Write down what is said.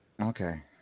Okay